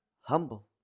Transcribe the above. humble